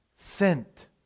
sent